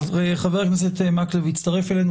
חבר הכנסת מקלב הצטרף אלינו.